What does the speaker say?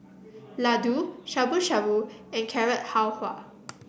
Ladoo Shabu Shabu and Carrot Halwa